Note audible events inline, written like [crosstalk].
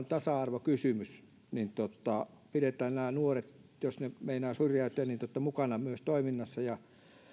[unintelligible] tasa arvokysymys pidetään nämä nuoret jos ne meinaavat syrjäytyä mukana myös toiminnassa ja